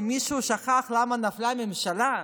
אם מישהו שכח למה נפלה הממשלה,